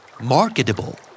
Marketable